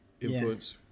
influence